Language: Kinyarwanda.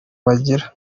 bagira